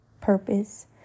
purpose